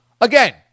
Again